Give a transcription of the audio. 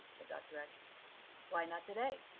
said dr. x why not to-day?